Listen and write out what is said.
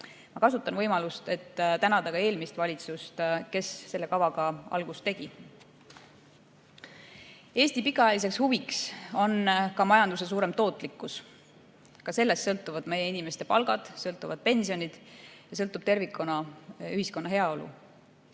kasutan võimalust, et tänada eelmist valitsust, kes selle kavaga algust tegi. Eesti pikaajaline huvi on ka majanduse suurem tootlikkus. Ka sellest sõltuvad meie inimeste palgad, sõltuvad pensionid ja sõltub tervikuna ühiskonna heaolu.